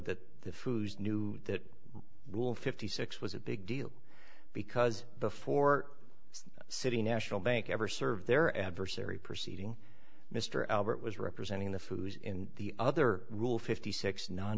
that the foods knew that rule fifty six was a big deal because before the city national bank ever served their adversary proceeding mr albert was representing the food in the other rule fifty six non